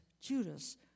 Judas